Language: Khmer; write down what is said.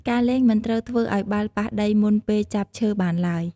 ការលេងមិនត្រូវធ្វើឲ្យបាល់ប៉ះដីមុនពេលចាប់ឈើបានទ្បើយ។